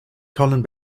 colin